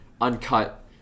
uncut